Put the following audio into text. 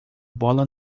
bola